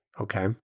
Okay